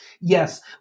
Yes